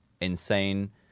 insane